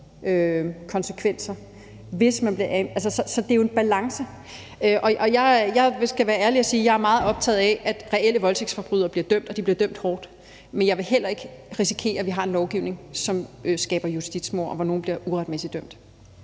konsekvenser. Så det er jo en balance. Jeg skal være ærlig at sige, at jeg er meget optaget af, at reelle voldtægtsforbrydere bliver dømt, og at de bliver dømt hårdt, men jeg vil heller ikke risikere, vi har en lovgivning, som skaber justitsmord, hvor nogle bliver uretmæssigt dømt.